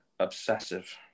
obsessive